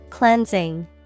cleansing